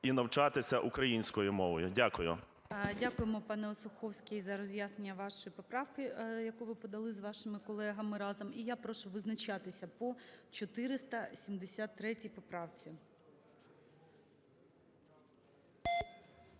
і навчатися українською мовою. Дякую. ГОЛОВУЮЧИЙ. Дякуємо, пане Осуховський за роз'яснення вашої поправки, яку ви подали з вашими колегами разом. І я прошу визначатися по 473 поправці.